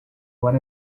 what